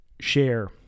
share